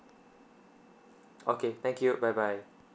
okay thank you bye bye